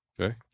Okay